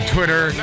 Twitter